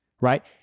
right